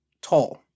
tall